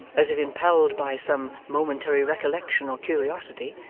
as if impelled by some momentary recollection or curiosity,